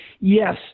Yes